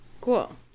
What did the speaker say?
Cool